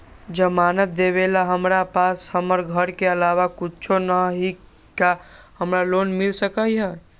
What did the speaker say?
जमानत देवेला हमरा पास हमर घर के अलावा कुछो न ही का हमरा लोन मिल सकई ह?